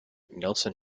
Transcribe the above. nelson